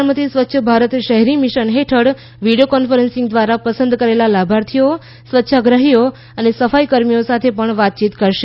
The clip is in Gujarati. પ્રધાનમંત્રી સ્વચ્છ ભારત શહેરી મિશન હેઠળ વિડીયો કોન્ફરન્સ દ્વારા પસંદ કરેલા લાભાર્થીઓ સ્વચ્છાગ્રહીઓ અને સફાઇકાર્મીઓ સાથે પણ વાતયીત કરશે